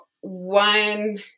one